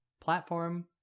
platform